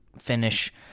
finish